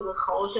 במירכאות,